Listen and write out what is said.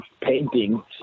painting